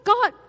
God